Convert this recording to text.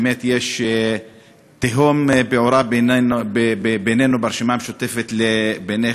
באמת תהום פעורה בין הרשימה המשותפת לבינך